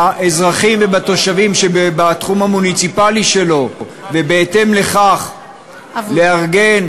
באזרחים ובתושבים שבתחום המוניציפלי שלו ובהתאם לכך לארגן